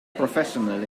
professionally